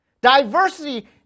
diversity